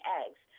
eggs